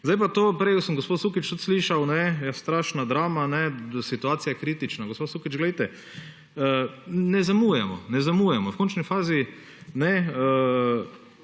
Zdaj pa to. Prej sem gospo Sukič tudi slišal: ja, strašna drama, situacije je kritična. Gospa Sukič, glejte, ne zamujamo, ne zamujamo. V končni fazi osem